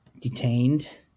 detained